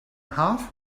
half